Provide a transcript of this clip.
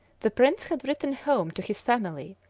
the prince had written home to his family,